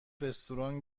رستوران